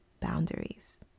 Boundaries